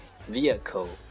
vehicle